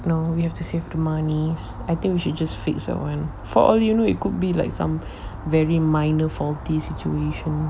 no we have to save the money I think we should just fixed that [one] for all you know it could be like some very minor faulty situation order of the